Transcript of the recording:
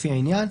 לפי העניין,